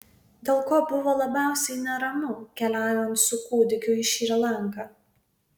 dėl ko buvo labiausiai neramu keliaujant su kūdikiu į šri lanką